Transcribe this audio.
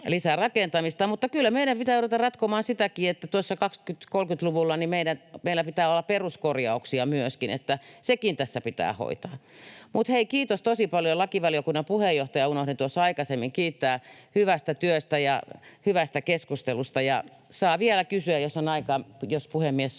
lisärakentamista. Mutta kyllä meidän pitää ruveta ratkomaan sitäkin, että tuossa 2030-luvulla meillä pitää olla peruskorjauksia myöskin, että sekin tässä pitää hoitaa. Mutta kiitos, hei, tosi paljon, lakivaliokunnan puheenjohtajaa unohdin tuossa aikaisemmin kiittää hyvästä työstä ja hyvästä keskustelusta. Ja saa vielä kysyä, jos on aikaa